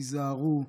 היזהרו.